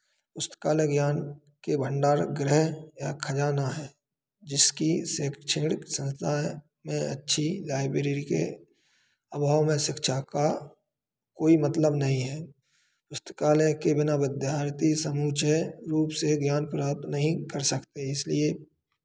पुस्तकालय ज्ञान के भंडार गृह या खजाना है जिसकी शैक्षणिक संस्था में अच्छी लाइब्रेरी के के अभाव में शिक्षा का कोई मतलब नहीं है पुस्तकालय के बिना विद्यार्थी समूचे रूप से ज्ञान प्राप्त नहीं कर सकते इसलिए